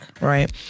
right